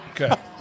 Okay